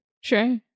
Sure